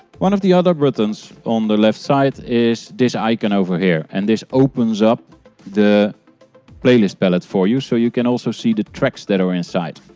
one of the other buttons on the left side is this icon over here. and this opens up the playlist palette for you so you can also see the track that are inside